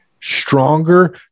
stronger